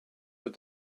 what